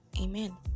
Amen